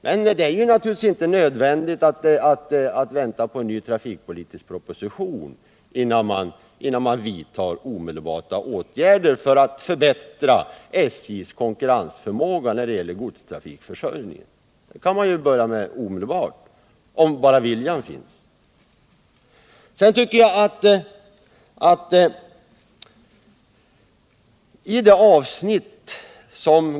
Men det är givetvis inte nödvändigt att vänta på en ny trafikpolitisk proposition, innan man vidtar omedelbara åtgärder för att förbättra SJ:s konkurrensförmåga när det gäller godstrafikförsörjningen. Det kan man börja med omedelbart, om bara viljan finns.